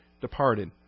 departed